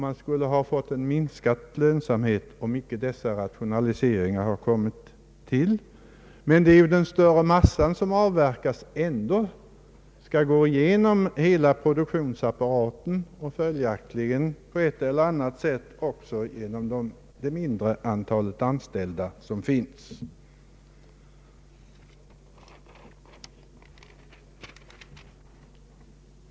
Man skulle fått en minskad lönsamhet om icke dessa rationaliseringar kommit till stånd. Den större mängden malm måste ändå gå igenom hela produktionsapparaten och följaktligen också på ett eller annat sätt det mindre antalet anställda.